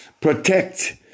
protect